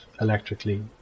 electrically